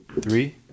Three